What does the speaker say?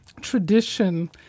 tradition